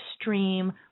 stream